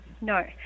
No